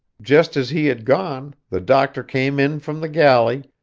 just as he had gone, the doctor came in from the galley,